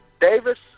Davis